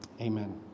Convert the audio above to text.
amen